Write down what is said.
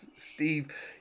Steve